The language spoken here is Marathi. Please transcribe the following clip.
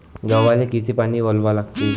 गव्हाले किती पानी वलवा लागते?